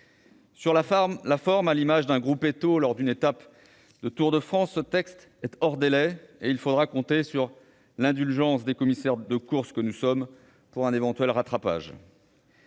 Sur la forme, à l'image d'un gruppetto lors d'une étape du Tour de France, ce texte est hors délai, et il faudra compter sur l'indulgence des commissaires de course que nous sommes pour un éventuel rattrapage.